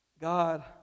God